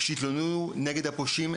שאם הם יתלוננו כנגד הפושעים,